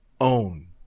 own